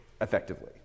effectively